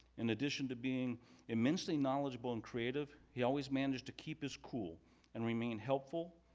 in addition to being immensely knowledgeable and creative, he always managed to keep his cool and remain helpful,